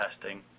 testing